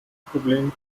problem